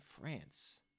France